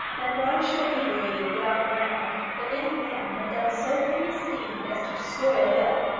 and why should it be believed without ground that any man had done so hideous a deed as to destroy a will?